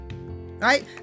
right